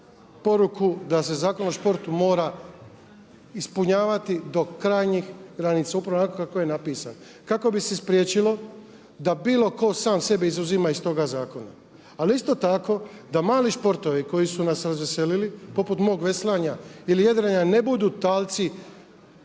da se Zakon o sportu mora ispunjavati do krajnjih granica upravo onako kako je napisan, kako bi se spriječilo da bilo ko sam sebe izuzima iz toga zakona. Ali isto tako da mali sportovi koji su nas razveselili, poput mog veslanja ili jedrenja ne budu talci